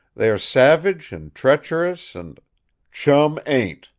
they are savage and treacherous and chum ain't!